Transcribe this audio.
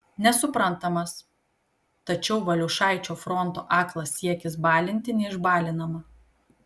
nesuprantamas tačiau valiušaičio fronto aklas siekis balinti neišbalinamą